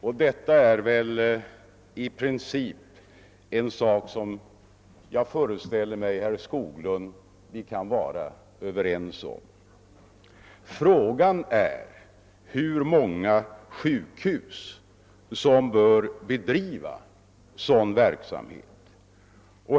Och detta är, herr Skoglund, i princip en sak som jag föreställer mig att vi kan vara överens om. Frågan är hur många sjukhus som bör bedriva sådan verksamhet.